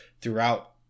throughout